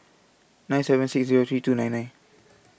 nine seven six Zero three two nine nine